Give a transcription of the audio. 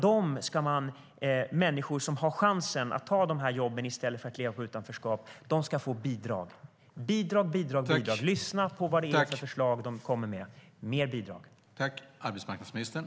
De människor som har chansen att ta de jobben i stället för att leva i utanförskap ska få bidrag, bidrag och bidrag. Lyssna på vad det är för förslag som de kommer med. Det ska vara mer bidrag.